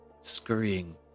scurrying